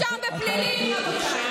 אפס ביטחון.